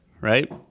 right